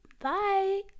Bye